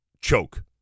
choke